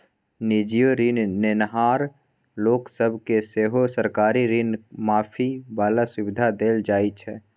निजीयो ऋण नेनहार लोक सब केँ सेहो सरकारी ऋण माफी बला सुविधा देल जाइ छै